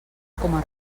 coma